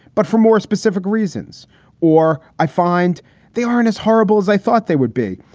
but for more specific reasons or i find they aren't as horrible as i thought they would be.